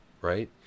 right